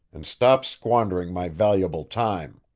and stop squandering my valuable time.